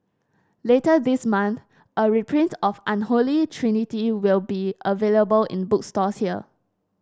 later this month a reprint of Unholy Trinity will be available in bookstores here